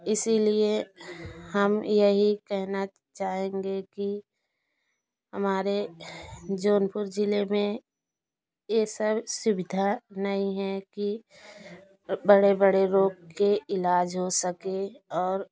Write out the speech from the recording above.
इसीलिए हम यही कहना चाहेंगे कि हमारे जौनपुर जिले में ये सब सुविधा नहीं है कि बड़े बड़े रोग के इलाज हो सके और